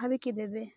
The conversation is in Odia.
ଭାବିକି ଦେବେ